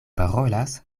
parolas